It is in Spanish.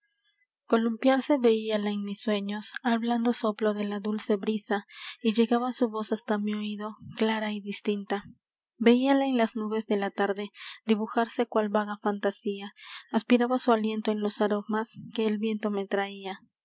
ilusion columpiarse veíala en mis sueños al blando soplo de la dulce brisa y llegaba su voz hasta mi oido clara y distinta veíala en las nubes de la tarde dibujarse cual vaga fantasía aspiraba su aliento en los aromas que el viento me traia